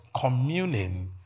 communing